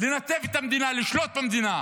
לנתב את המדינה, לשלוט במדינה